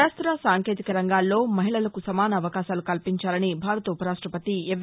శాస్త సాంకేతిక రంగాల్లో మహిళలకు సమాన అవకాశాలు కల్పించాలని భారత ఉపరాష్టపతి ఎం